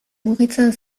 mugitzen